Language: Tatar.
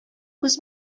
күз